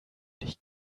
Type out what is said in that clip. dich